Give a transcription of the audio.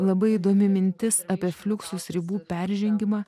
labai įdomi mintis apie fliuksus ribų peržengimą